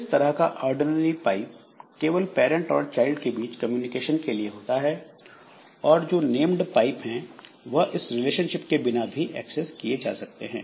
इस तरह का ऑर्डिनरी पाइप केवल पैरंट और चाइल्ड के बीच कम्युनिकेशन के लिए होता है और जो नेम्ड पाइप हैं वह इस रिलेशनशिप के बिना भी एक्सेस किए जा सकते हैं